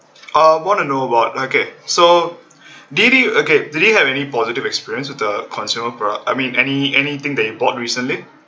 uh wanna know about okay so did you okay did you have any positive experience with a consumer product I mean any anything that you bought recently